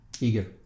eager